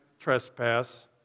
trespass